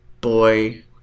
boy